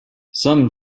some